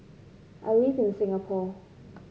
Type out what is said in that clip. I live in Singapore